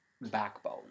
backbone